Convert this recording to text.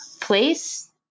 place